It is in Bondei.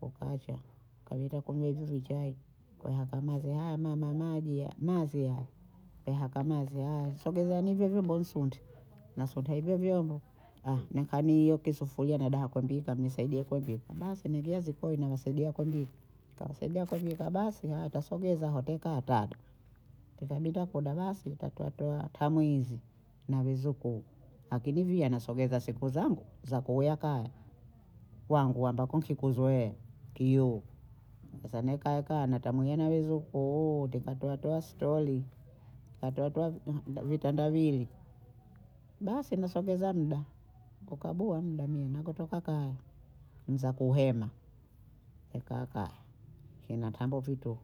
kukacha kabinda kumve hivi vichai kwehaka mazi haya mama maji mazi haya, kieka mazi haya sogezani hivyo vyombo nisunte nasunta hivyo vyombo nakaa miyo ki sufuria nadaha kwembika mie nsaidie kwembika, basi naingia zikoi nawasaidia kumbika, kawasaidia kumbika basi hawatasogeza aho tawekaa hatada, tikabinda kuda basi twatoa toa tamwizi na vizukuu akini viye anasogeza siku zangu za kuya kaya, kwangu ambako nkuzoee kiu, sasa nekaakaa natamwiya na vizukuu ndikatoatoa stori, nkatotoa vi- vitendawili, basi nasogeza muda ukabuha muda mimi nagotoka kaya, nza kuhema hekaka sinatambu vitu